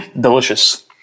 Delicious